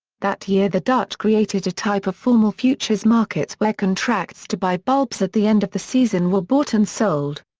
that year the dutch created a type of formal futures markets where contracts to buy bulbs at the end of the season were bought and sold.